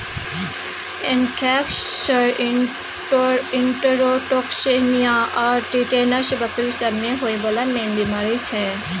anthrax, enterotoxaemia आ tetanus बकरी सब मे होइ बला मेन बेमारी छै